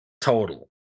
total